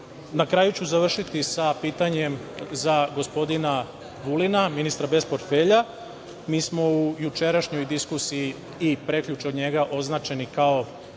kraju ću završiti sa pitanjem za gospodina Vulina, ministra bez portfelja. Mi smo u jučerašnjoj diskusiji i prekjuče od njega označeni kao